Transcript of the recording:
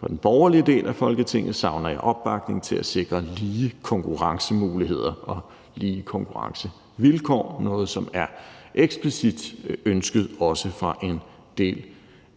fra den borgerlige del af Folketinget savner jeg opbakning til at sikre lige konkurrencemuligheder og lige konkurrencevilkår – noget, som er eksplicit ønsket, også fra en del